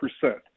percent